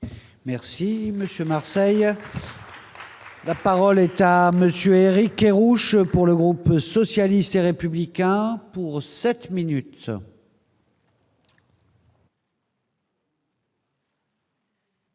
Monsieur Marseille. La parole est à monsieur Éric Kerrouche pour le groupe socialiste et républicain pour 7 minutes.